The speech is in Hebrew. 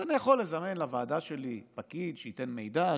אז אני יכול לזמן לוועדה שלי פקיד שייתן מידע,